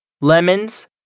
lemons